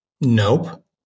Nope